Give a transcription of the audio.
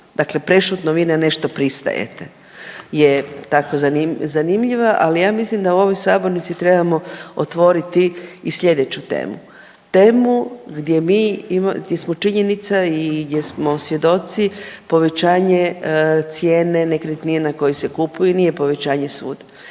dakle prešutno vi na nešto pristajte je tako zanimljiva, ali ja mislim da u ovoj sabornici trebamo otvoriti i sljedeću temu, temu gdje mi … činjenica i gdje smo svjedoci povećanje cijene nekretnina koje se kupuju nije povećanje svud